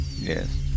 Yes